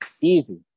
Easy